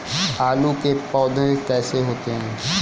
आलू के पौधे कैसे होते हैं?